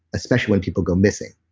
especially when people go missing.